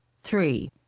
three